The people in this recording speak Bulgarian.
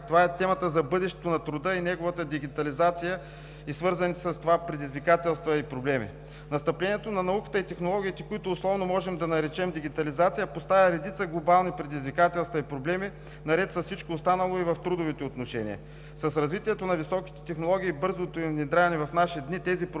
Това е темата за бъдещето на труда и неговата дигитализация и свързаните с това предизвикателства и проблеми. Настъплението на науката и технологиите, които условно можем да наречем дигитализация, поставя редица глобални предизвикателства и проблеми, наред с всичко останало, и в трудовите отношения. С развитието на високите технологии и бързото им внедряване в наши дни тези проблеми